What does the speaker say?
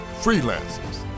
freelancers